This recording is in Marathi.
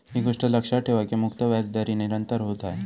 ही गोष्ट लक्षात ठेवा की मुक्त व्याजदर ही निरंतर होत नाय